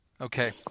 Okay